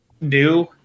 new